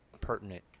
pertinent